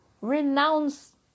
Renounce